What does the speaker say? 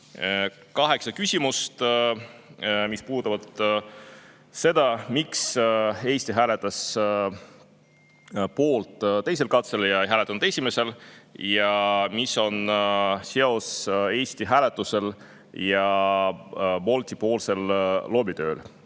kaheksa küsimust, mis puudutavad seda, miks Eesti hääletas poolt teisel katsel, mitte esimesel, ja mis seos on Eesti hääletusel ja Bolti-poolsel lobitööl.